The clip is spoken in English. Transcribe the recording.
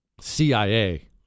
CIA